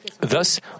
Thus